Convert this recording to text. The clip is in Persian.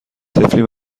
طفلی